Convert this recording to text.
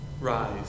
rise